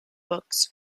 books